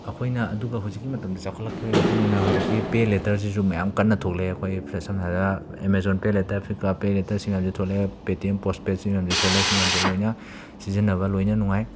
ꯑꯩꯈꯣꯏꯅ ꯑꯗꯨꯒ ꯍꯧꯖꯤꯛꯀꯤ ꯃꯇꯝꯗ ꯆꯥꯎꯈꯠꯂꯛꯄꯒꯤ ꯃꯇꯨꯡ ꯏꯟꯅ ꯍꯧꯖꯤꯛꯀꯤ ꯄꯦ ꯂꯦꯇꯔꯁꯤꯁꯨ ꯃꯌꯥꯝ ꯀꯟꯅ ꯊꯣꯛꯂꯛꯑꯦ ꯑꯩꯈꯣꯏ ꯁꯝꯅ ꯍꯥꯏꯔ Amazon pay later Flipkart pay later ꯁꯤ ꯃꯌꯥꯝꯁꯦ ꯊꯣꯂꯛꯑꯦ ꯄꯦ ꯇꯤ ꯑꯦꯝ ꯄꯣꯁ ꯄꯦꯠ ꯁꯤ ꯃꯌꯥꯝꯁꯦ ꯊꯣꯂꯛꯑꯦ ꯁꯤ ꯃꯌꯥꯝꯁꯦ ꯂꯣꯏꯅ ꯁꯤꯖꯤꯟꯅꯕ ꯂꯣꯏꯅ ꯅꯨꯡꯉꯥꯏ